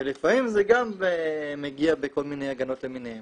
ולפעמים זה מגיע בכל מיני הגנות למיניהן.